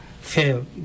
fail